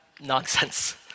nonsense